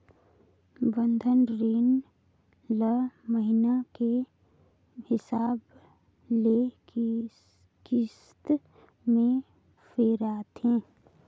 बंधन रीन ल महिना के हिसाब ले किस्त में फिराथें